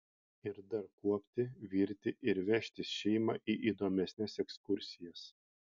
ir dar kuopti virti ir vežtis šeimą į įdomesnes ekskursijas